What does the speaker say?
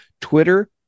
Twitter